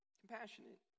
compassionate